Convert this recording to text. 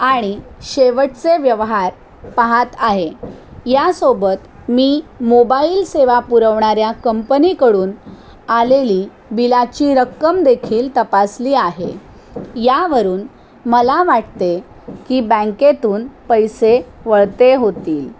आणि शेवटचे व्यवहार पाहात आहे यासोबत मी मोबाईल सेवा पुरवणाऱ्या कंपनीकडून आलेली बिलाची रक्कम देखील तपासली आहे यावरून मला वाटते की बँकेतून पैसे वळते होतील